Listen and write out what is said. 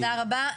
תודה רבה.